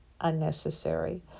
unnecessary